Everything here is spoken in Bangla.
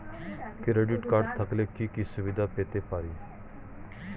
ক্রেডিট কার্ড থাকলে কি কি সুবিধা পেতে পারি?